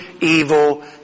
evil